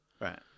Right